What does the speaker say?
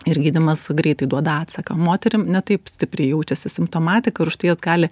ir gydymas greitai duoda atsaką moterim ne taip stipriai jaučiasi simptomatiką už tai jos gali